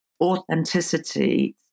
authenticity